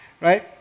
Right